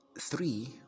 Three